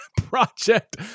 project